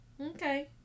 Okay